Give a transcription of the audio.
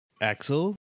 Axel